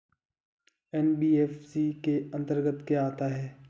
NBFC के अंतर्गत क्या आता है?